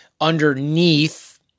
underneath